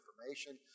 information